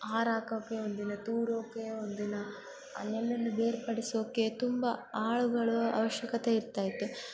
ಆರು ಹಾಕೋಕ್ಕೆ ಒಂದಿನ ತೂರೋಕ್ಕೆ ಒಂದಿನ ನೆಲ್ಲನ್ನು ಬೇರ್ಪಡಿಸೋಕ್ಕೆ ತುಂಬ ಆಳುಗಳ ಅವಶ್ಯಕತೆ ಇರ್ತಾ ಇತ್ತು